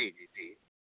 जी जी जी